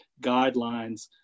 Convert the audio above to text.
guidelines